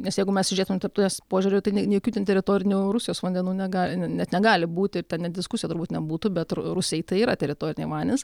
nes jeigu mes žiūrėtume tarptautinės požiūriu tai nei jokių ten teritorinių rusijos vandenų negali net negali būti tai net diskusija turbūt nebūtų bet ir rusijai tai yra teritoriniai vandenys